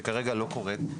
שכרגע לא קורית.